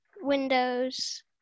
windows